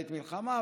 בעת מלחמה,